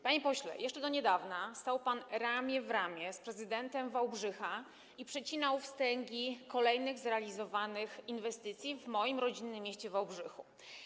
Panie pośle, jeszcze do niedawna stał pan ramię w ramię z prezydentem Wałbrzycha i przecinał wstęgi przy kolejnych zrealizowanych inwestycjach w moim rodzinnym mieście Wałbrzychu.